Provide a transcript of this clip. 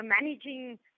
managing